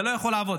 זה לא יכול לעבוד.